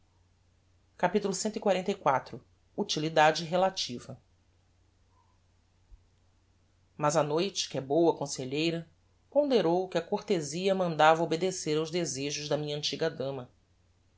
capitulo cxliv utilidade relativa mas a noite que é boa conselheira ponderou que a cortezia mandava obedecer aos desejos da minha antiga dama